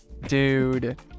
Dude